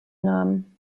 namen